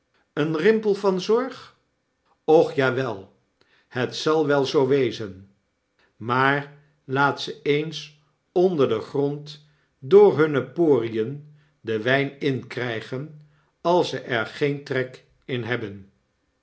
een rimpel van zorg och ja wel het zal wel zoo wezen maar laat ze eens onder den grond door hunne porien den wyn inkrygen als ze er geen trek in hebben